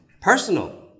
personal